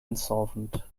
insolvent